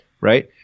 right